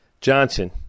Johnson